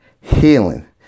Healing